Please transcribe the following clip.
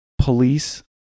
police